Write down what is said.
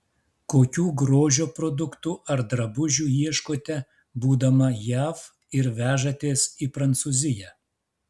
kokių grožio produktų ar drabužių ieškote būdama jav ir vežatės į prancūziją